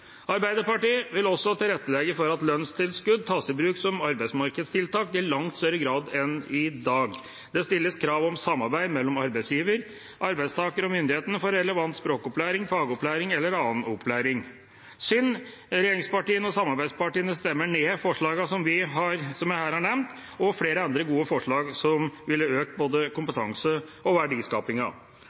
Arbeiderpartiet vil også tilrettelegge for at lønnstilskudd tas i bruk som arbeidsmarkedstiltak i langt større grad enn i dag. Det stilles krav om samarbeid mellom arbeidsgiver, arbeidstaker og myndighetene for relevant språkopplæring, fagopplæring eller annen opplæring. Det er synd at regjeringspartiene og samarbeidspartiene stemmer ned forslagene som jeg her har nevnt, og flere andre gode forslag som ville økt både kompetansen og